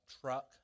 truck